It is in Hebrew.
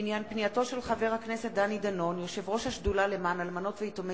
התשע"א 2010, מאת חברי הכנסת אורי אורבך וזבולון